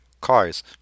cars